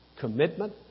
Commitment